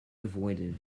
avoided